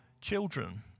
children